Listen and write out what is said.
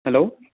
hello